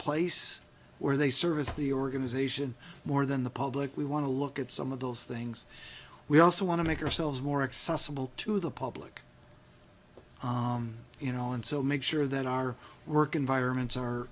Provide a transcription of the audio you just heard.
place where they service the organization more than the public we want to look at some of those things we also want to make ourselves more accessible to the public you know and so make sure that our work environments are